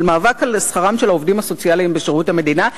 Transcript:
מאבק על שכרם של העובדים הסוציאליים בשירות המדינה,